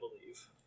believe